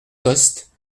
coste